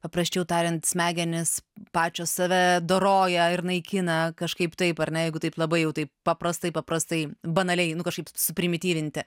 paprasčiau tariant smegenis pačios save doroja ir naikina kažkaip taip ar ne jeigu taip labai jau taip paprastai paprastai banaliai nu kažkaip suprimityvinti